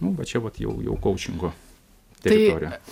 nu va čia vat jau kaučingo teritorija